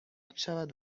میشود